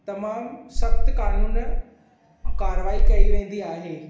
तमामु सख़्त क़ानूनु कारवाही कई वेंदी आहे